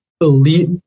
elite